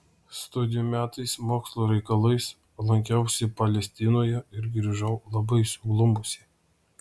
studijų metais mokslo reikalais lankiausi palestinoje ir grįžau labai suglumusi